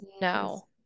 no